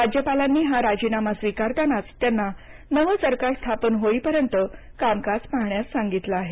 राज्यपालांनी हा राजीनामा स्वीकारतानाच त्यांना नवं सरकार स्थापना होईपर्यंत कामकाज पाहण्यास सांगितलं आहे